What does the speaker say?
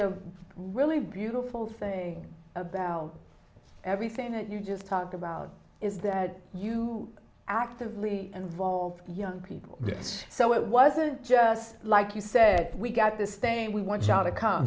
the really beautiful thing about everything that you just talked about is that you actively involved young people so it wasn't just like you said we got this thing we want john to come